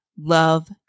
love